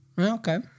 Okay